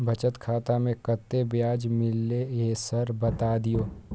बचत खाता में कत्ते ब्याज मिलले ये सर बता दियो?